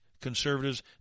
conservatives